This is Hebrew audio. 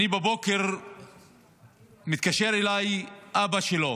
בבוקר מתקשר אליי אבא שלו,